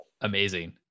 Amazing